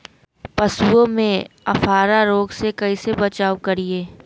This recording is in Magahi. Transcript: पशुओं में अफारा रोग से कैसे बचाव करिये?